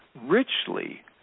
richly